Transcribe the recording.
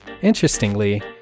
Interestingly